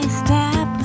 step